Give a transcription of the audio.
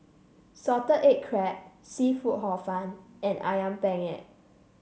Salted Egg Crab seafood Hor Fun and ayam Penyet